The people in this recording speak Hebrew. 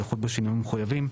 יחול בשינויים המחויבים.